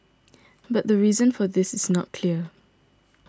but the reason for this is not clear